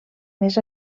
més